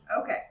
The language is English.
Okay